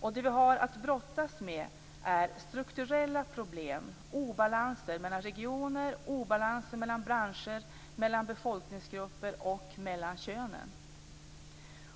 Vad vi har att brottas med är strukturella problem, obalanser mellan regioner samt obalanser mellan branscher, mellan befolkningsgrupper och mellan könen.